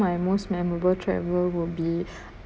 my most memorable travel will be